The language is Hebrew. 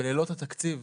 בלילות התקציב.